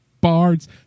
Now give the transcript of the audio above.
Bards